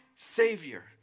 Savior